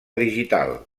digital